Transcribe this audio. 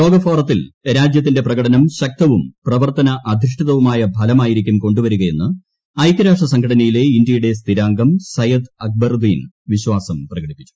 ലോകഫോറത്തിൽ രാജ്യത്തിന്റെ പ്രകടനം ശക്തവും പ്രവർത്തന അധിഷ്ഠിതവുമായ ഫലമായിരിക്കും കൊണ്ടുവരിക എന്ന് ഐക്യരാഷ്ട്രസംഘടനയിലെ ഇന്ത്യയുടെ സ്ഥിരാംഗം സയദ് അക്ബറുദ്ദീൻ വിശ്വാസം പ്രകടിപ്പിച്ചു